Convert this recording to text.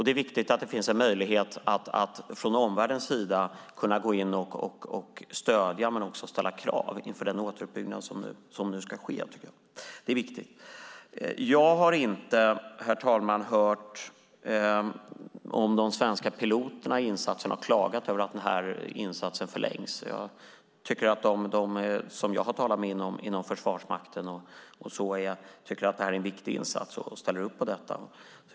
Det är viktigt att det finns möjlighet att från omvärldens sida gå in och stödja och ställa krav inför den återuppbyggnad som nu ska ske. Jag har inte hört om de svenska piloterna i insatsen har klagat över att insatsen förlängs. De som jag har talat med inom Försvarsmakten tycker att det här är en viktig insats och ställer upp på detta.